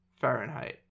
Fahrenheit